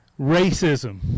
racism